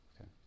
Okay